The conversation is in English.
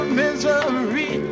misery